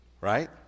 right